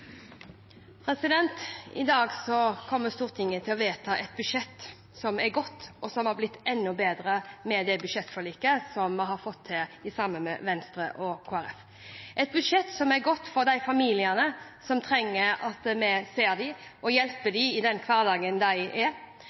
I dag kommer Stortinget til å vedta et budsjett som er godt, og som har blitt enda bedre med det budsjettforliket vi har fått til sammen med Venstre og Kristelig Folkeparti. Det er et budsjett som er godt for de familiene som trenger at vi ser dem og hjelper dem i den hverdagen de er